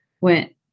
went